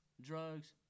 drugs